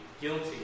guilty